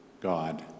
God